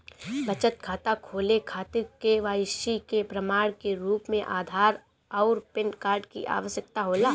बचत खाता खोले खातिर के.वाइ.सी के प्रमाण के रूप में आधार आउर पैन कार्ड की आवश्यकता होला